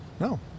No